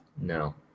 No